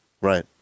Right